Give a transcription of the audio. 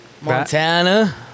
Montana